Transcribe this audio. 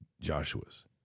Joshua's